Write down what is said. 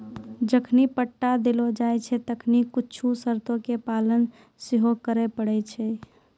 जखनि पट्टा देलो जाय छै तखनि कुछु शर्तो के पालन सेहो करै पड़ै छै